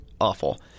awful